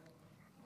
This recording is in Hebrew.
נכון.